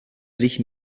sich